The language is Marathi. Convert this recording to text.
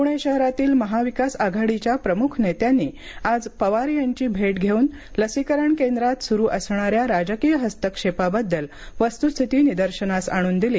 पूणे शहरातील महाविकास आघाडीच्या प्रमुख नेत्यांनी आज पवार यांची भेट घेऊन लसीकरण केंद्रात सुरू असणाऱ्या राजकीय हस्तक्षेपाबद्दल वस्तूस्थिती निदर्शनास आणून दिली